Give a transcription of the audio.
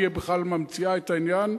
היא בכלל ממציאה את העניין.